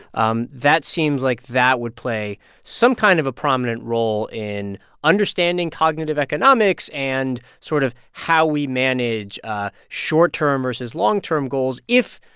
um that seems like that would play some kind of a prominent role in understanding cognitive economics and sort of how we manage ah short-term versus long-term goals if,